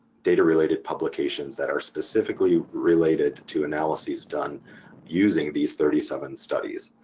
data-related publications that are specifically related to analyses done using these thirty seven studies.